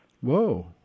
Whoa